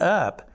up